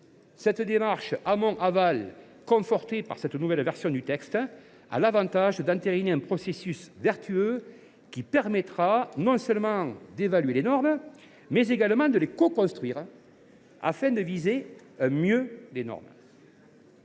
Cette démarche en amont et en aval est confortée par cette nouvelle version du texte. Elle présente l’avantage d’entériner un processus vertueux qui permettra non seulement d’évaluer les normes, mais également de les coconstruire, afin de viser un « mieux de normes